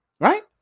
right